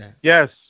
Yes